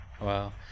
Wow